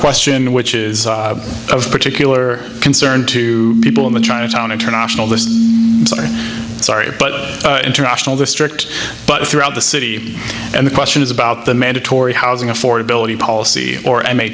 question which is of particular concern to people in the chinatown internationalist sorry but international district but throughout the city and the question is about the mandatory housing affordability policy or